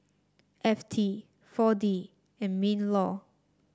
F T four D and Minlaw